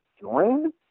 join